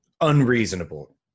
unreasonable